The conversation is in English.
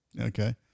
Okay